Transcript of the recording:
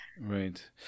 Right